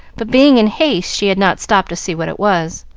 but being in haste she had not stopped to see what it was.